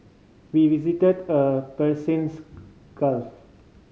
we visited a Persians Gulf